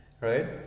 right